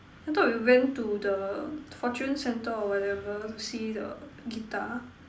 I thought you went to the Fortune Centre or whatever to see the guitar